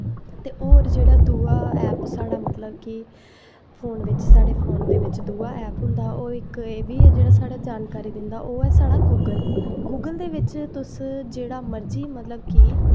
ते होर जेह्ड़ा दूआ ऐप साढ़ा मतलब कि फोन बिच साढ़े फोन दे बिच दूआ ऐप होंदा ओह् इक एह् बी ऐ जेह्ड़ा जानकारी दिंदा ओह् ऐ साढ़ा गूगल गूगल दे बिच तुस जेह्ड़ा मर्जी मतलब कि